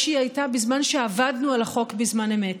שהיא הייתה בזמן שעבדנו על החוק בזמן אמת.